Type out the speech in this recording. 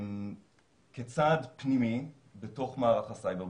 כצעד פנימי בתוך מערך הסייבר,